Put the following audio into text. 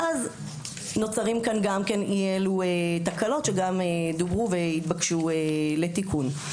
ואז נוצרות כאן תקלות שדוברו ושהתבקשו לתיקון.